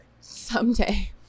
someday